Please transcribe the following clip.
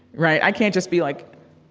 right? i can't just be like,